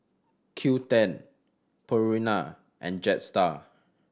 Qoo ten Purina and Jetstar